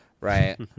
Right